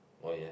oh yeah